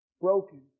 Broken